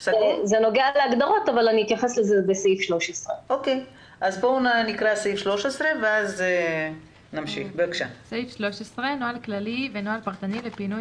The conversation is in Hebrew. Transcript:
זה נוגע להגדרות אבל אתייחס לזה בתקנה 13. "נוהל כללי ונוהל פרטני לפינוי